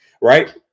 Right